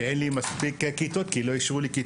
כי אין לי מספיק כיתות, כי לא אישרו לי כיתות.